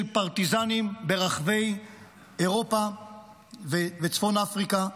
פרטיזנים ברחבי אירופה ובצפון אפריקה,